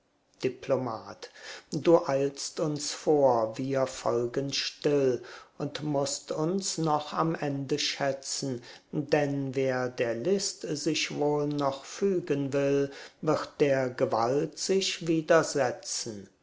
diplomat du eilst uns vor wir folgen still und mußt uns noch am ende schätzen denn wer der list sich wohl noch fügen will wird der gewalt sich widersetzen